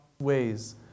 ways